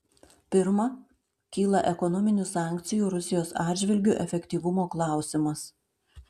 pirma kyla ekonominių sankcijų rusijos atžvilgiu efektyvumo klausimas